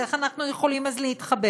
אז איך אנחנו יכולים להתחבר?